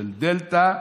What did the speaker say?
של דלתא,